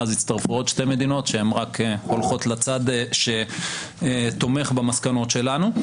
מאז הצטרפו עוד שתי מדינות שרק הולכות לצד שתומך במסקנות שלנו.